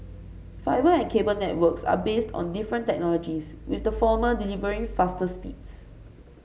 fibre and cable networks are based on different technologies with the former delivering faster speeds